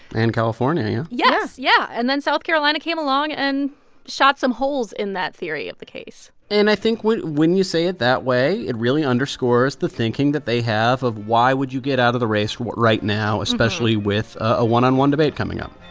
and california yeah yes. yeah. and then south carolina came along and shot some holes in that theory of the case and i think when you say it that way, it really underscores the thinking that they have of, why would you get out of the race right now, especially with a one-on-one debate coming up?